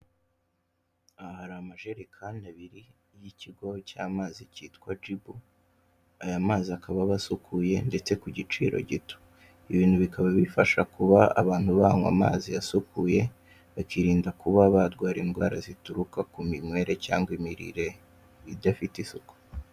Aha hari amajerekani abiri y'ikigo cy'amazi cyitwa Jibu, aya mazi akaba aba asukuye ndetse ku giciro gito, ibi bintu bikaba bifasha kuba abantu banywa amazi asukuye bakirinda kuba barwara indwara zituruka ku minywere cyangwa imirire idafite isuku.